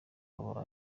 aba